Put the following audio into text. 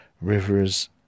rivers